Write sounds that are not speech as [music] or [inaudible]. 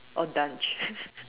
or dunch [laughs]